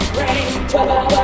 rain